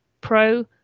pro